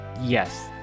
Yes